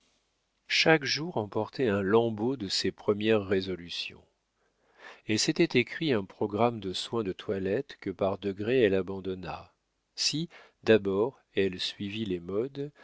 chaque jour emportait un lambeau de ses premières résolutions elle s'était écrit un programme de soins de toilette que par degrés elle abandonna si d'abord elle suivit les modes